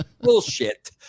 Bullshit